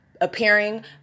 appearing